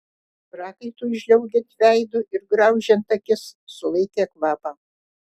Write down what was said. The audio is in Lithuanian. prakaitui žliaugiant veidu ir graužiant akis sulaikė kvapą